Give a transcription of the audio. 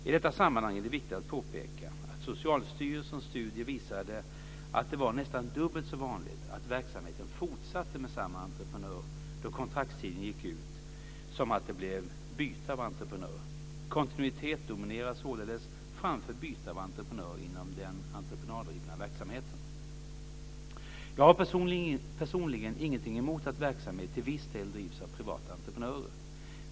I detta sammanhang är det viktigt att påpeka att Socialstyrelsens studie visade att det var nästan dubbelt så vanligt att verksamheten fortsatte med samma entreprenör då kontraktstiden gick ut som att det blev byte av entreprenör. Kontinuitet dominerar således framför byte av entreprenör inom den entreprenaddrivna verksamheten. Jag har personligen ingenting emot att verksamhet till viss del drivs av privata entreprenörer.